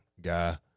guy